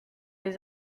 les